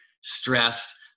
stressed